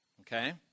Okay